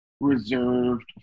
reserved